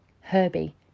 Herbie